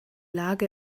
lage